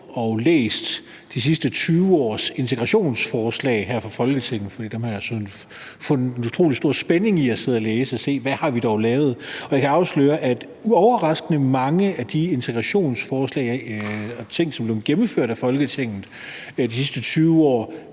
og læst de sidste 20 års integrationsforslag her i Folketinget, for dem har jeg fundet utrolig stor spænding i at sidde og læse og se på, hvad vi dog har lavet. Og jeg kan afsløre, at i overraskende mange af de integrationsforslag og ting, som er blevet gennemført af Folketinget de sidste 20 år,